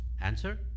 answer